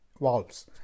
valves